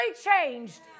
changed